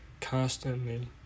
constantly